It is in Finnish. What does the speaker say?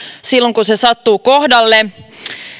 silloin kun se sattuu kohdalle